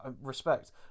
respect